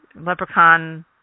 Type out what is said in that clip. leprechaun